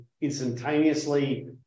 instantaneously